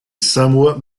somewhat